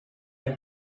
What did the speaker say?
dead